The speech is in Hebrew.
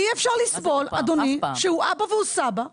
אי אפשר לסבול, אדוני, שהוא אבא והוא סבא,